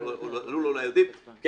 אולי מועצת הלול יודעים,